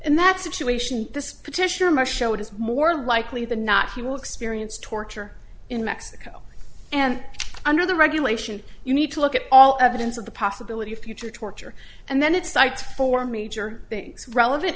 and that situation this petitioner maher show is more likely than not he will experience torture in mexico and under the regulation you need to look at all evidence of the possibility of future torture and then it cites for major things relevant